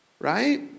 right